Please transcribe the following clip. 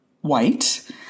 white